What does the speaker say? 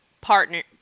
partner